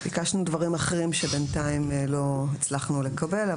ביקשנו דברים אחרים שבינתיים לא הצלחנו לקבל.